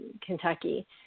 Kentucky